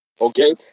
Okay